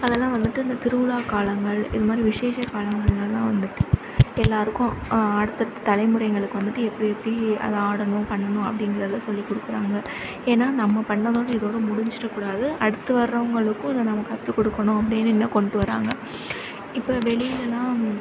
அதெல்லாம் வந்துட்டு இந்த திருவிழா காலங்கள் இதுமாதிரி விசேஷ காலங்கள்லலாம் வந்துட்டு எல்லாருக்கும் அடுத்தடுத்த தலைமுறைங்களுக்கு வந்துட்டு எப்படி எப்படி அதை ஆடணும் பண்ணனும் அப்படிங்கிறத சொல்லிக் கொடுக்குறாங்க ஏன்னா நம்ம பண்ணதோட இதோடய முடிஞ்சிடக் கூடாது அடுத்து வர்றவங்களுக்கும் இதை நம்ம கற்றுக் கொடுக்கணும் அப்படின்னு கொண்டு வறாங்க இப்போ வெளியிலல்லாம்